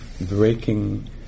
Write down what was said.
breaking